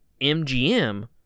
MGM